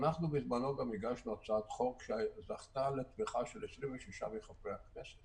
בזמנו גם הגשנו הצעת חוק שזכתה לתמיכה של 26 מחברי הכנסת